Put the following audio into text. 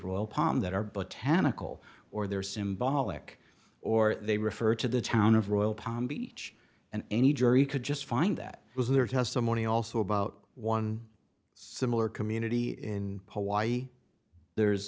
palm that are botanical or they're symbolic or they refer to the town of royal palm beach and any jury could just find that it was their testimony also about one similar community in hawaii there's